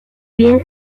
bien